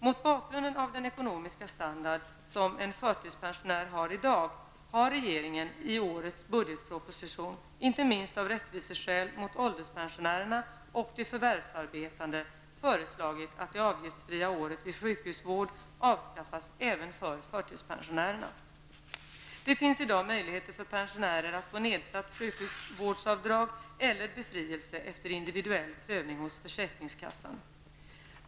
Mot bakgrund av den ekonomiska standard som en förtidspensionär har i dag har regeringen i årets budgetproposition, inte minst av rättviseskäl mot ålderspensionärerna och de förvärvsarbetande, föreslagit att det avgiftsfria året vid sjukhusvård avskaffas även för förtidspensionärerna. Det finns i dag möjlighet för pensionärer att få nedsatt sjukhusvårdsavdrag eller befrielse efter individuell prövning hos försäkringskassan.